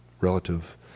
relative